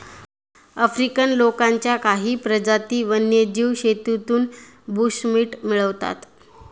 African लोकांच्या काही प्रजाती वन्यजीव शेतीतून बुशमीट मिळवतात